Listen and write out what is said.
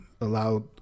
allowed